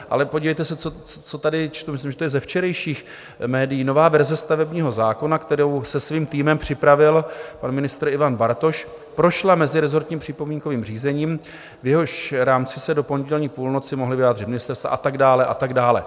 Ale podívejte se, co tady čtu, myslím, že to je ze včerejších médií: Nová verze stavebního zákona, kterou se svým týmem připravil pan ministr Ivan Bartoš, prošla mezirezortním připomínkovým řízením, v jehož rámci se do pondělí půlnoci mohla vyjádřit ministerstva, a tak dále, a tak dále.